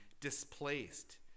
displaced